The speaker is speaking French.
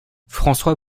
françois